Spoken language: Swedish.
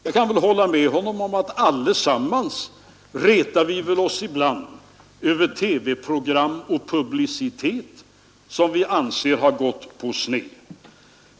Jag kan väl hålla med honom om att vi allesammans ibland retar oss över TV-program och publicitet som vi anser har gått på sned.